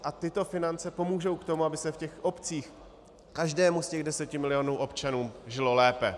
A tyto finance pomůžou k tomu, aby se v těch obcích každému z těch deseti milionů občanů žilo lépe.